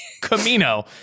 Camino